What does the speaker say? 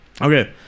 Okay